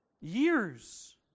Years